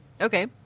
Okay